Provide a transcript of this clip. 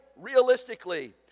realistically